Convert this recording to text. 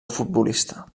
futbolista